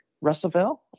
Russellville